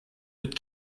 but